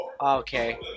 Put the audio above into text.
Okay